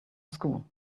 school